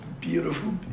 Beautiful